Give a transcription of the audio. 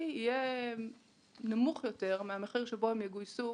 יהיה נמוך יותר מהמחיר שבו הם יגויסו